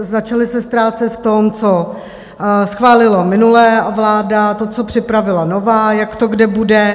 Začali se ztrácet v tom, co schválila minulá vláda, to, co připravila nová, jak to kde bude.